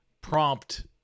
prompt